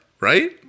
right